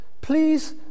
Please